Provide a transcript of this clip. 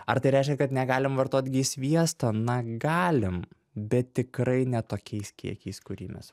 ar tai reiškia kad negalim vartot ghi sviesto na galim bet tikrai ne tokiais kiekiais kurį mes